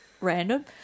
random